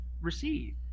receive